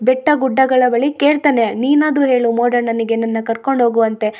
ಬೆಟ್ಟ ಗುಡ್ಡಗಳ ಬಳಿ ಕೇಳ್ತಾನೆ ನೀನಾದ್ರು ಹೇಳು ಮೋಡಣ್ಣನಿಗೆ ನನ್ನ ಕರ್ಕೊಂಡು ಹೋಗುವಂತೆ